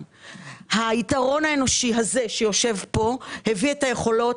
היתרון האנושי הזה שיושב פה הביא את היכולות,